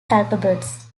alphabets